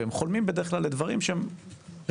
הם חולמים בדרך כלל על דברים שהם ריאליים.